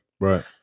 Right